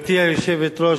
גברתי היושבת-ראש,